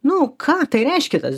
nu ką tai reiškia tas